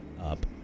up